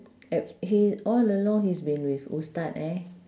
he all along he's been with ustaz eh